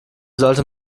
sollte